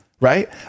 right